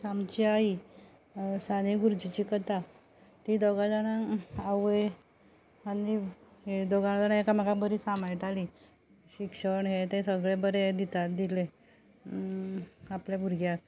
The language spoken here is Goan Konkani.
श्यामची आई साने गुरुजीची कथा ती दोगां जाणां आवय आनी दोगां जाणां एकामेका बरीं सामायटाली शिक्षण हें तें सगलें बरें दिता दिलें आपल्या भुरग्याक